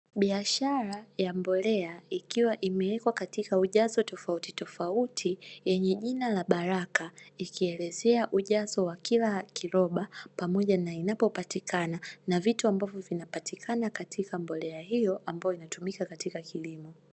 Biashara ya mbolea ikiwa imewekwa katika ujazo tofautitofauti yenye jina la Baraka, ikielezea ujazo wa kila kiroba pamoja na inapopatikana na vitu ambavyo vinapatikana katika mbolea hiyo ambayo inatumika katika kilimo.